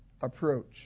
approach